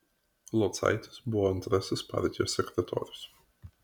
locaitis buvo antrasis partijos sekretorius